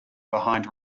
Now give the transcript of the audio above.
behind